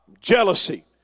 jealousy